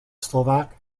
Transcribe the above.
slovak